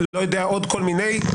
לא יודע עוד כל מיני דימויים.